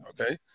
okay